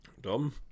Dom